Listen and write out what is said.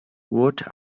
what